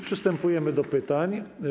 Przystępujemy do pytań.